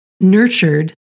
nurtured